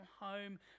home